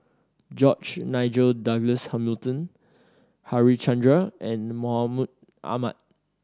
George Nigel Douglas Hamilton Harichandra and Mahmud Ahmad